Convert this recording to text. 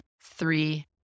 three